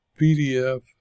PDF